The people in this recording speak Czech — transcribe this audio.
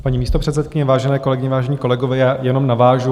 Paní místopředsedkyně, vážené kolegyně, vážení kolegové, jenom navážu.